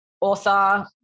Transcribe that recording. author